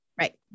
right